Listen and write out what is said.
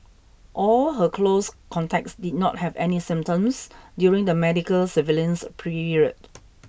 all her close contacts did not have any symptoms during the medical surveillance period